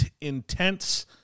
intense